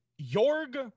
jorg